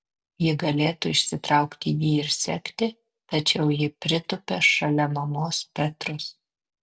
ji galėtų išsitraukti jį ir sekti tačiau ji pritūpia šalia mamos petros